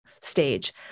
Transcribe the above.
stage